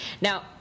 Now